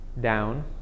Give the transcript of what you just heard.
down